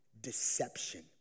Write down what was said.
deception